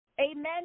Amen